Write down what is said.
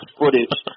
footage